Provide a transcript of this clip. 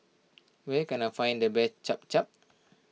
where can I find the best Cham Cham